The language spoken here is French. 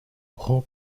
rends